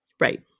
Right